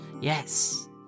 Yes